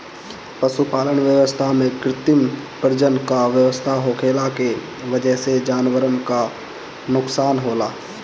पशुपालन व्यवस्था में कृत्रिम प्रजनन क व्यवस्था होखला के वजह से जानवरन क नोकसान होला